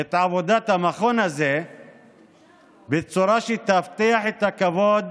את עבודת המכון הזה בצורה שתבטיח את הכבוד